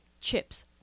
chips